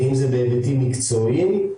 ואם זה בהיבטים מקצועיים.